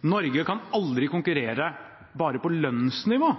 Norge kan aldri konkurrere bare på lønnsnivå.